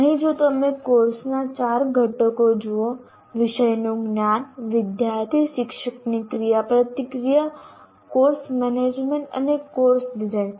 અહીં જો તમે કોર્સના ચાર ઘટકો જુઓ વિષયનું જ્ઞાન વિદ્યાર્થી શિક્ષકની ક્રિયાપ્રતિક્રિયા કોર્સ મેનેજમેન્ટ અને કોર્સ ડિઝાઇન